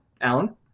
alan